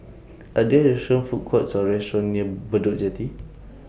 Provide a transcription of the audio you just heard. Are There Food Courts Or restaurants near Bedok Jetty